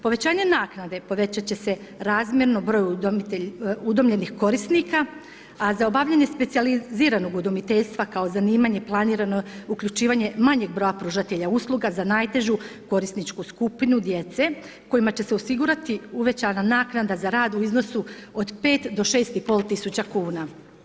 Povećanje naknade povećat će se razmjerno broju udomljenih korisnika, a za obavljanje specijaliziranog udomiteljstva kao zanimanje planirano je uključivanje manjeg broja pružatelja usluga za najtežu korisničku skupinu djece kojima će se osigurati uvećana naknada za rad u iznosu od 5 do 6 i pol tisuća kuna.